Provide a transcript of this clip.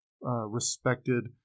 respected